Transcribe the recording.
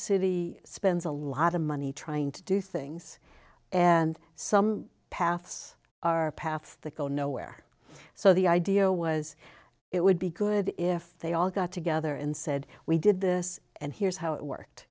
city spends a lot of money trying to do things and some paths are paths that go nowhere so the idea was it would be good if they all got together and said we did this and here's how it worked